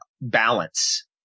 balance